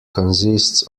consists